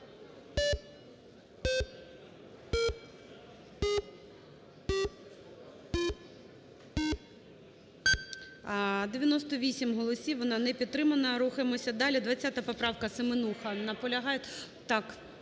98 голосів, вона не підтримана. Рухаємося далі. 20-а, поправка, Семенуха наполягає? Так,